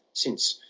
since,